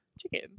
Chicken